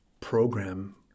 program